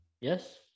Yes